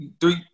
three